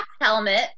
helmet